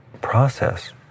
process